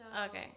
Okay